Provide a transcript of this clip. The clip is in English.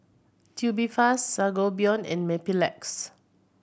Tubifast Sangobion and Mepilex